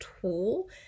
tool